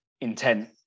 intent